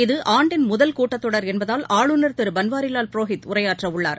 இது ஆண்டின் முதல் கூட்டத்தொடர் என்பதால் ஆளுநர் திரு பன்வாரிலால் புரோஹித் உரையாற்ற உள்ளார்